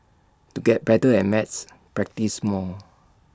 to get better at maths practise more